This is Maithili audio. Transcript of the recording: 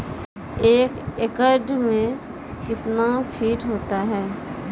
एक एकड मे कितना फीट होता हैं?